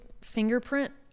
fingerprint